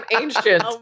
ancient